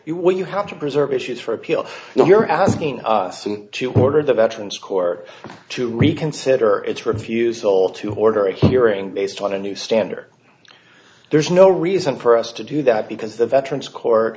you when you have to preserve issues for appeal you're asking us to order the veterans corps to reconsider its refusal to order a hearing based on a new standard there's no reason for us to do that because the veterans court